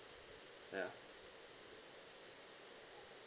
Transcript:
ya